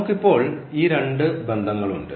നമുക്ക് ഇപ്പോൾ ഈ രണ്ട് ബന്ധങ്ങളുണ്ട്